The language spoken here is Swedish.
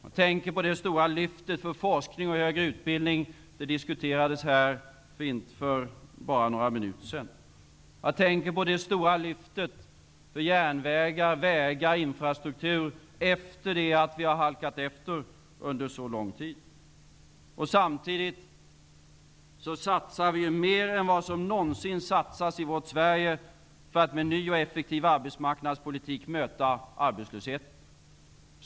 Jag tänker på det stora lyftet för forskning och högre utbildning, som diskuterades för bara några minuter sedan. Jag tänker på det stora lyftet för järnvägar, vägar och infrastruktur, efter att vi har halkat efter under så lång tid. Samtidigt satsar vi mer än vad som någonsin satsats i vårt Sverige för att med en ny och effektiv arbetsmarknadspolitik möta arbetslösheten.